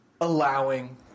allowing